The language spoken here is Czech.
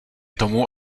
tomu